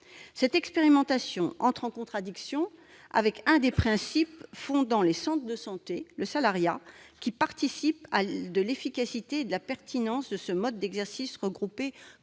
Cette expérimentation entre en contradiction avec un des principes fondant les centres de santé : le salariat, qui participe de l'efficacité et de la pertinence de ce mode d'exercice regroupé et coordonné.